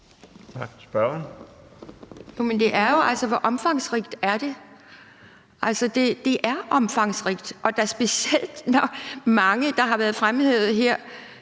Spørgeren. Kl. 18:36 Pia Kjærsgaard (DF): Hvor omfangsrigt er det? Altså, det er omfangsrigt, og da specielt, når mange, der har været fremhævet her,